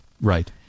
Right